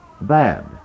bad